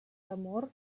temor